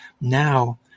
Now